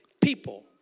people